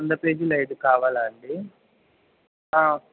వంద పేజీలు ఐదు కావాలాండీ